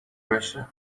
بشه